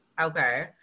Okay